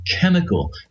chemical